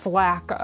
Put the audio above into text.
lack